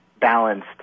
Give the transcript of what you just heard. balanced